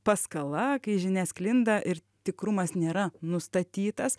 paskala kai žinia sklinda ir tikrumas nėra nustatytas